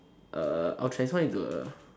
uh I'll transform into a